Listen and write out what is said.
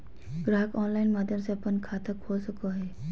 ग्राहक ऑनलाइन माध्यम से अपन खाता खोल सको हइ